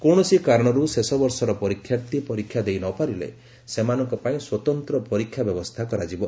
କୌଣସି କାରଣରୁ ଶେଷବର୍ଷର ପରୀକ୍ଷାର୍ଥୀ ପରୀକ୍ଷା ଦେଇ ନପାରିଲେ ସେମାନଙ୍କ ପାଇଁ ସ୍ୱତନ୍ତ୍ର ପରୀକ୍ଷା ବ୍ୟବସ୍ଥା କରାଯିବ